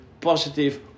Positive